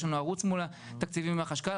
יש לנו ערוץ מול אגף תקציבים והחשכ"ל,